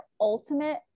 ultimate